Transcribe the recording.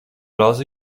razy